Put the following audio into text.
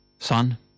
Son